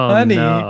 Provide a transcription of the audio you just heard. Honey